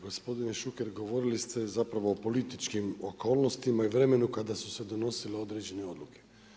Gospodine Šuker govorili ste zapravo o političkim okolnostima i vremenu kada su se donosile određene odluke.